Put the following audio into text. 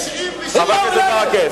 חבר הכנסת ברכה.